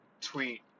tweet